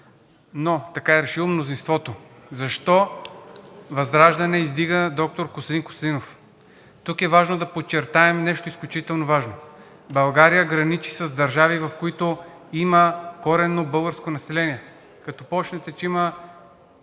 но така е решило мнозинството. Защо ВЪЗРАЖДАНЕ издига доктор Костадин Костадинов? Тук е важно да подчертаем нещо изключително важно – България граничи с държави, в които има коренно българско население. Като започнете, че има